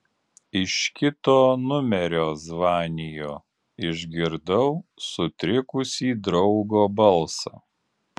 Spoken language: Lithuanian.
iš kito numerio zvaniju išgirdau sutrikusį draugo balsą